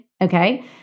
Okay